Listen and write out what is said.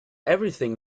everything